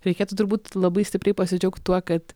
reikėtų turbūt labai stipriai pasidžiaugt tuo kad